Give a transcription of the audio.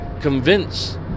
convince